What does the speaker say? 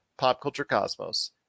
PopCultureCosmos